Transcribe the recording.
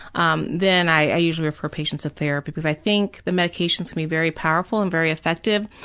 um then i usually refer patients a therapy because i think the medications can be very powerful and very effective,